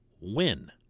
win